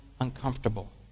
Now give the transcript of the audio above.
uncomfortable